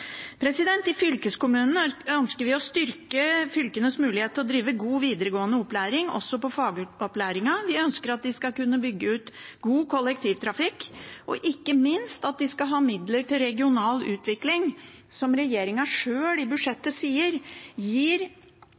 I fylkeskommunene ønsker vi å styrke fylkenes mulighet til å drive god videregående opplæring, også fagopplæring. Vi ønsker at de skal kunne bygge ut god kollektivtrafikk, og ikke minst at de skal ha midler til regional utvikling, som regjeringen sjøl sier i budsjettet at gir